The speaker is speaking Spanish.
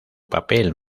papel